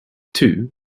too